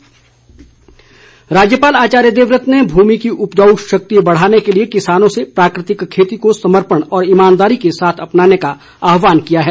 राज्यपाल राज्यपाल आचार्य देवव्रत ने भूमि की उपजाऊ शक्ति बढ़ाने के लिए किसानों से प्राकृतिक खेती को समर्पण और ईमानदारी के साथ अपनाने का आह्वान किया है